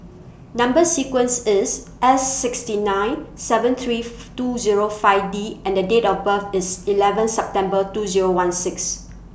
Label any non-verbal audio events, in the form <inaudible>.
Number sequence IS S sixty nine seven three <noise> two Zero five D and Date of birth IS eleven September two Zero one six